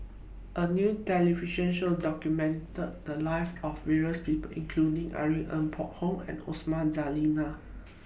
A New television Show documented The Lives of various People including Irene Ng Phek Hoong and Osman Zailani